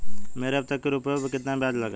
मेरे अब तक के रुपयों पर ब्याज कितना लगा है?